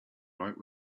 night